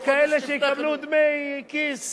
וכאלה שיקבלו דמי כיס